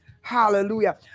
Hallelujah